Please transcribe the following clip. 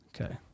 Okay